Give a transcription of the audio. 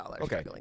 okay